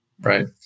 Right